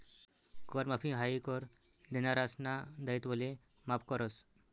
कर माफी हायी कर देनारासना दायित्वले माफ करस